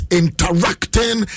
interacting